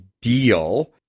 deal